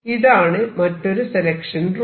ഇതാണ് മറ്റൊരു selection rule